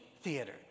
theater